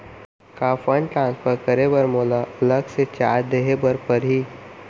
का fund transfer करे बर मोला अलग से चार्ज देहे बर परही?